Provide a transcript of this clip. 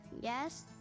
yes